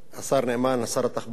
שר התחבורה איננו כאן,